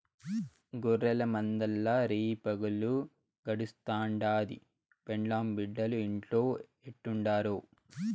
గొర్రెల మందల్ల రేయిపగులు గడుస్తుండాది, పెండ్లాం బిడ్డలు ఇంట్లో ఎట్టుండారో